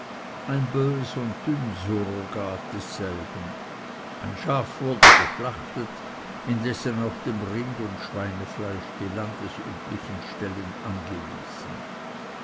ein bös und dünn surrogat desselben ein schaf wurde geschlachtet indessen auch dem rind und schweinefleisch die landesüblichen stellen angewiesen